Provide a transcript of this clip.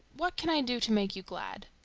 what can i do to make you glad?